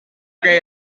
que